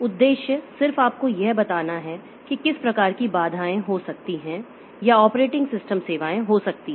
उद्देश्य सिर्फ आपको यह बताना है कि किस प्रकार की बाधाएं हो सकती हैं या ऑपरेटिंग सिस्टम सेवाएं हो सकती हैं